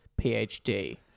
PhD